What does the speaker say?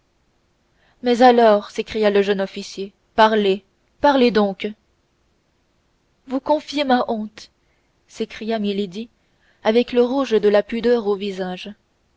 mais alors s'écria le jeune officier parlez parlez donc vous confier ma honte s'écria milady avec le rouge de la pudeur au visage